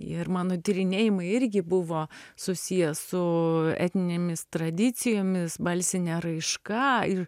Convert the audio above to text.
ir mano tyrinėjimai irgi buvo susiję su etninėmis tradicijomis balsine raiška ir